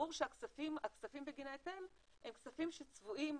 ברור שהכספים בגין ההיטל הם כספים שצבועים,